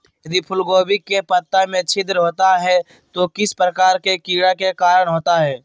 यदि फूलगोभी के पत्ता में छिद्र होता है तो किस प्रकार के कीड़ा के कारण होता है?